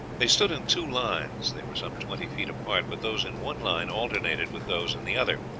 they stood in two lines they were some twenty feet apart, but those in one line alternated with those in the other.